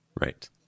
Right